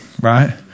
Right